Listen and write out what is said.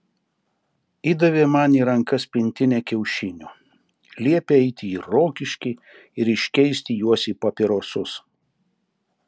įdavė man į rankas pintinę kiaušinių liepė eiti į rokiškį ir iškeisti juos į papirosus